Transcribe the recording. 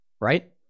right